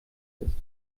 ist